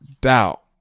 doubt